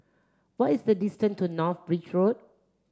what is the distance to North Bridge Road